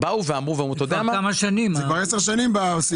זה כבר עשר שנים.